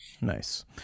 Nice